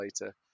later